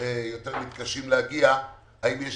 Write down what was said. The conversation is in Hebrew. יותר מתקשים להגיע, האם יש